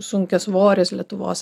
sunkiasvoris lietuvos